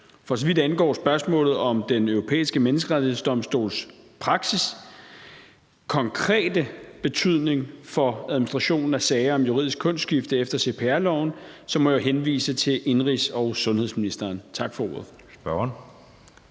For så vidt angår spørgsmålet om Den Europæiske Menneskerettighedsdomstols praksis' konkrete betydning for administrationen af sager om juridisk kønsskifte efter cpr-loven, må jeg henvise til indenrigs- og sundhedsministeren. Tak for ordet.